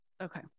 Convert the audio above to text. okay